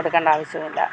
കൊടുക്കേണ്ട ആവശ്യമില്ല